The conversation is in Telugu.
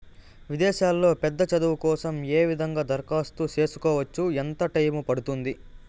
విదేశాల్లో పెద్ద చదువు కోసం ఏ విధంగా దరఖాస్తు సేసుకోవచ్చు? ఎంత టైము పడుతుంది?